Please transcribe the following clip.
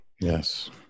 Yes